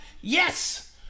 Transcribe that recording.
Yes